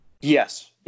Yes